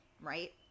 right